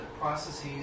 processes